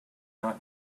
not